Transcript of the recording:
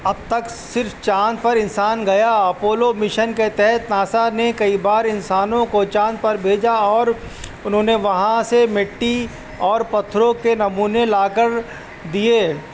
اب تک صرف چاند پر انسان گیا اپولو مشن کے تحت ناسا نے کئی بار انسانوں کو چاند پر بھیجا اور انہوں نے وہاں سے مٹی اور پتھروں کے نمونے لا کر دیے